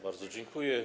Bardzo dziękuję.